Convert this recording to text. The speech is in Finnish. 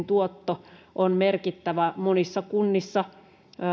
tuotto on merkittävä monissa kunnissa